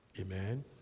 Amen